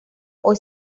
hoy